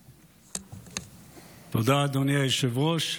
תודה, אדוני היושב-ראש.